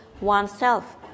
oneself